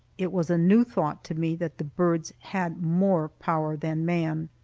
it was a new thought to me that the birds had more power than man.